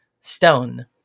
stone